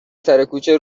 سرکوچه